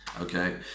okay